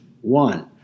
One